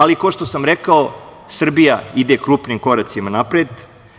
Ali, kao što sam rekao, Srbija ide krupnim koracima napred.